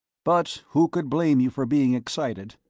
but who could blame you for being excited?